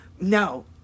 No